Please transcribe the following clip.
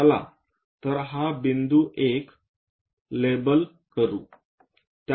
चला तर हा बिंदू P1 लेबल करू